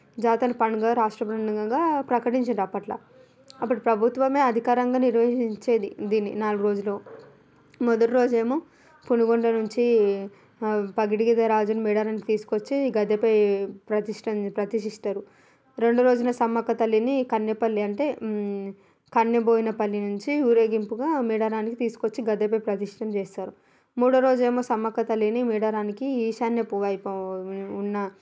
జాతర పండుగ రాష్ట్ర పండుగగా ప్రకటించారు అప్పట్లో అప్పుడు ప్రభుత్వమే అధికారికంగా నిర్వహించేది దీన్ని నాలుగు రోజులు మొదటి రోజేమో పునుగొండ నుంచి పగిడిగిద్ద రాజుని మేడారానికి తీసుకొచ్చి గద్దెపై ప్రతిష్ట ప్రతిష్టిస్తారు రెండో రోజున సమ్మక్క తల్లిని కన్నెపల్లి అంటే కన్నె బోయినపల్లి నుంచి ఊరేగింపుగా మేడారానికి తీసుకొచ్చి గద్దెపై ప్రతిష్ట చేస్తారు మూడో రోజు ఏమో సమ్మక్క తల్లిని మేడారానికి ఈశాన్యపు వైపు ఉన్న